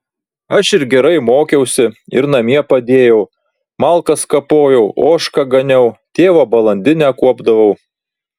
aš ir gerai mokiausi ir namie padėjau malkas kapojau ožką ganiau tėvo balandinę kuopdavau